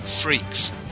Freaks